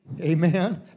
Amen